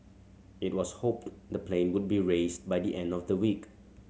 it was hoped the plane would be raised by the end of the week